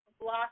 block